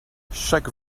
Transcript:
chaque